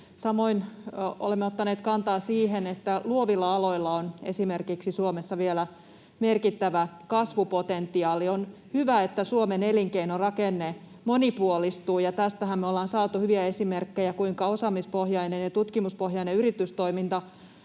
Samoin olemme ottaneet kantaa siihen, että esimerkiksi luovilla aloilla on Suomessa vielä merkittävä kasvupotentiaali. On hyvä, että Suomen elinkeinorakenne monipuolistuu, ja tästähän me ollaan saatu hyviä esimerkkejä, kuinka osaamispohjainen ja tutkimuspohjainen yritystoiminta